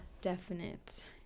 definite